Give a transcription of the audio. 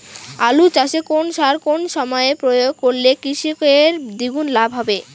আলু চাষে কোন সার কোন সময়ে প্রয়োগ করলে কৃষকের দ্বিগুণ লাভ হবে?